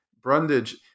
Brundage